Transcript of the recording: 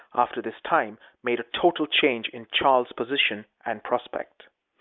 after this time, made a total change in charles's position and prospects.